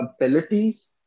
abilities